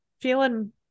feeling